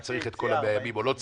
האם צריך את כל 100 הימים או לא צריך?